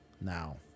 now